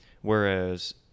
Whereas